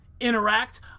Interact